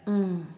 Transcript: mm